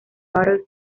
battle